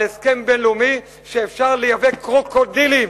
על הסכם בין-לאומי שאפשר לייבא קרוקודילים.